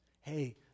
hey